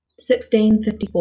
1654